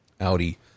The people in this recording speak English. Audi